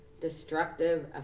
destructive